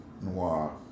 noir